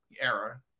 era